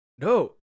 No